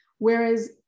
Whereas